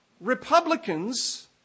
Republicans